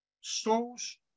shows